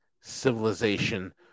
civilization